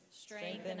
Strengthen